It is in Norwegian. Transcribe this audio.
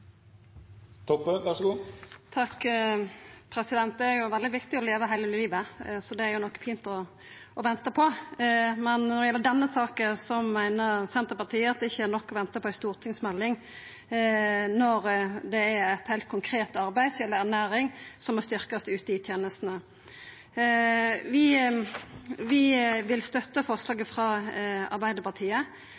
fint å venta på. Men når det gjeld denne saka, meiner Senterpartiet at det ikkje er nok å venta på ei stortingsmelding når det er eit heilt konkret arbeid som gjeld ernæring som må styrkjast ute i tenestene. Vi vil støtta forslaget